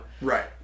right